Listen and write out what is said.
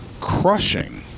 crushing